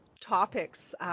topics